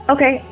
Okay